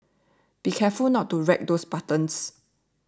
be careful not to wreck those buttons